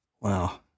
Wow